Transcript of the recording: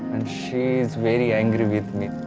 and she is very angry with me.